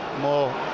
more